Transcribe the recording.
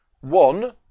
One